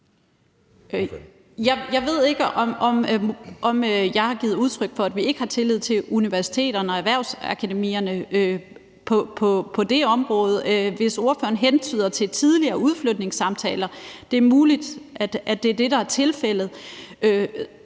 Jeg ved ikke, om jeg har givet udtryk for, at vi ikke har tillid til universiteterne og erhvervsakademierne på det område, hvis ordføreren hentyder til tidligere samtaler om udflytning. Det er muligt, at det er det, der er tilfældet.